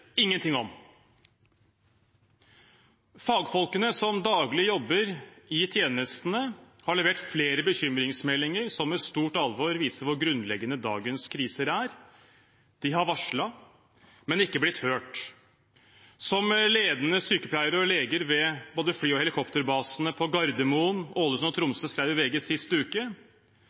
ingenting om. Fagfolkene som daglig jobber i tjenestene, har levert flere bekymringsmeldinger som med stort alvor viser hvor grunnleggende dagens kriser er. De har varslet, men ikke blitt hørt. Som ledende sykepleiere og leger ved både fly- og helikopterbasene på Gardermoen, i Ålesund og i Tromsø skrev i VG sist uke: